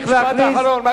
משפט אחרון.